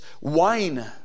wine